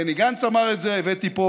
בני גנץ אמר את זה, הבאתי פה